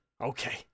okay